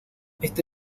este